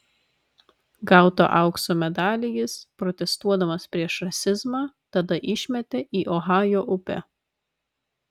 gautą aukso medalį jis protestuodamas prieš rasizmą tada išmetė į ohajo upę